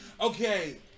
Okay